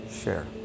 share